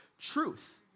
truth